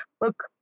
look